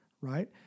right